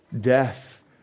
death